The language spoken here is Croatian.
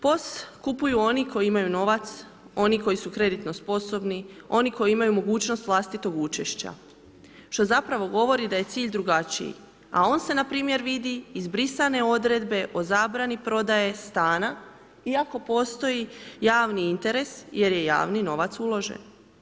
POS kupuju oni koji imaju novac, oni koji su kreditno sposobni, oni koji imaju mogućnost vlastitog učešća, što zapravo govori da je cilj drugačiji, a on se npr. vidi iz brisane odredbe o zabrani prodaje stana iako postoji javni interes jer je javni novac uložen.